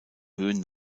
höhen